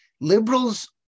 Liberals